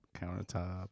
countertop